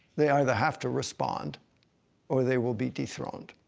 they either have to respond or they will be dethroned.